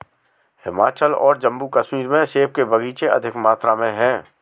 हिमाचल और जम्मू कश्मीर में सेब के बगीचे अधिक मात्रा में है